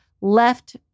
left